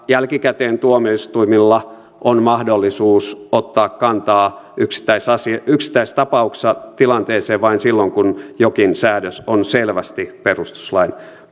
jälkikäteen tuomioistuimilla on mahdollisuus ottaa kantaa yksittäisissä tapauksissa tilanteeseen vain silloin kun jokin säädös on selvästi perustuslain